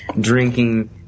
drinking